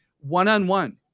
one-on-one